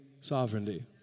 sovereignty